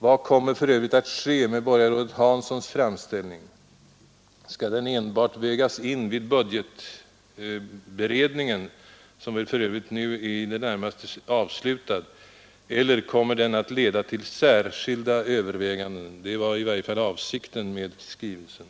Vad kommer för övrigt att ske med borgarrådet Hansons framställning? Skall den enbart vägas in vid budgetberedningen, som väl för övrigt nu är i det närmaste avslutad, eller kommer den att leda till särskilda Överväganden? Det var i varje fall avsikten med skrivelsen.